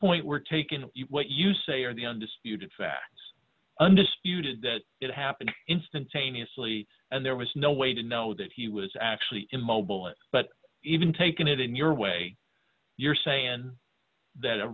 point were taken what you say are the undisputed facts undisputed that it happened instantaneously and there was no way to know that he was actually immobile it but even taken it in your way you're sayin that a